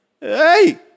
Hey